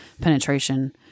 penetration